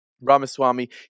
Ramaswamy